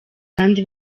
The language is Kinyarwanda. kandi